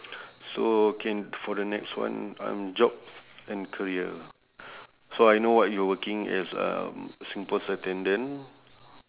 so can for the next one um job and career so I know what you working as um singpost attendant